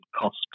cost